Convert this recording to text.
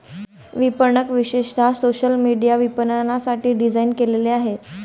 विपणक विशेषतः social media विपणनासाठी डिझाइन केलेले आहेत